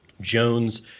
jones